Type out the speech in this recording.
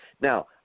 Now